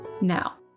Now